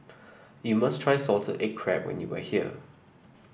you must try Salted Egg Crab when you are here